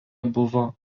buvo